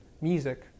music